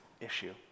issue